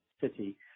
City